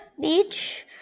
Beach